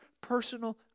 personal